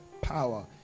Power